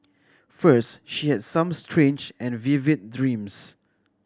first she had some strange and vivid dreams